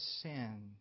sin